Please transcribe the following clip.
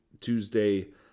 Tuesday